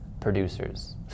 Producers